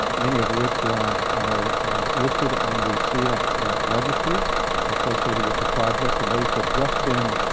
um many of which are listed on the sia registry associated with the project, and those have just been